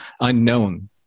unknown